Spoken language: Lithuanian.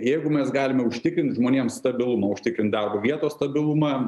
jeigu mes galime užtikrint žmonėms stabilumą užtikrint darbo vietos stabilumą